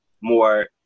more